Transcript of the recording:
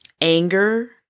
anger